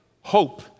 hope